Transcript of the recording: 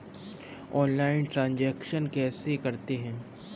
Online transaction कैसे करते हैं?